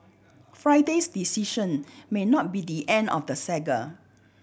Friday's decision may not be the end of the saga